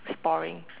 its boring